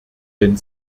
wenn